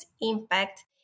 impact